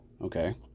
okay